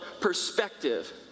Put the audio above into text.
perspective